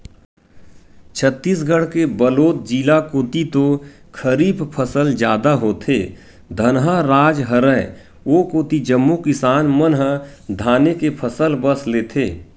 छत्तीसगढ़ के बलोद जिला कोती तो खरीफ फसल जादा होथे, धनहा राज हरय ओ कोती जम्मो किसान मन ह धाने के फसल बस लेथे